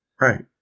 Right